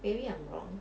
maybe I'm wrong